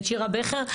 את שירית בכר.